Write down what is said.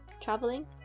Traveling